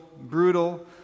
brutal